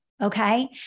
Okay